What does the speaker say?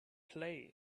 play